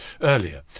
earlier